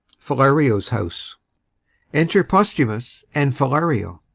philario's house enter posthumus and philario